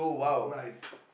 nice